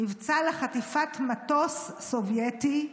מבצע לחטיפת מטוס סובייטי,